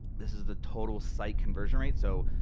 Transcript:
this is the total site conversion rate. so,